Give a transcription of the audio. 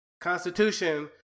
constitution